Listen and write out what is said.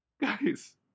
Guys